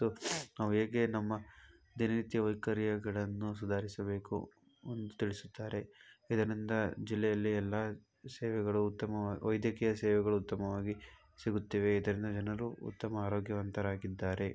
ಮತ್ತು ನಾವು ಹೇಗೆ ನಮ್ಮ ದಿನನಿತ್ಯ ವೈಕರ್ಯಗಳನ್ನು ಸುಧಾರಿಸಬೇಕು ಎಂದು ತಿಳಿಸುತ್ತಾರೆ ಇದರಿಂದ ಜಿಲ್ಲೆಯಲ್ಲಿ ಎಲ್ಲಾ ಸೇವೆಗಳು ಉತ್ತಮ ವೈದ್ಯಕೀಯ ಸೇವೆಗಳು ಉತ್ತಮವಾಗಿ ಸಿಗುತ್ತಿವೆ ಇದರಿಂದ ಜನರು ಉತ್ತಮ ಆರೋಗ್ಯವಂತರಾಗಿದ್ದಾರೆ